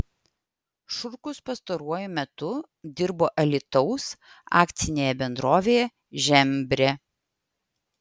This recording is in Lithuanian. šurkus pastaruoju metu dirbo alytaus akcinėje bendrovėje žembrė